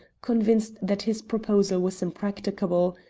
convinced that his proposal was impracticable,